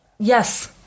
Yes